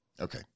Okay